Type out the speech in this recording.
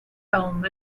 elm